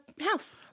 house